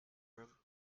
room